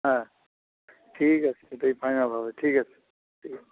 হ্যাঁ ঠিক আছে এটাই ফাইনাল হবে ঠিক আছে ঠিক আছে